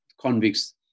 convicts